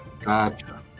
gotcha